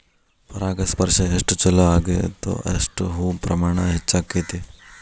ಪರಾಗಸ್ಪರ್ಶ ಎಷ್ಟ ಚುಲೋ ಅಗೈತೋ ಅಷ್ಟ ಹೂ ಪ್ರಮಾಣ ಹೆಚ್ಚಕೈತಿ